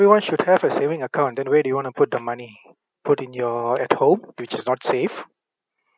everyone should have a saving account then where do you want to put the money put in your at home which is not safe